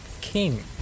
King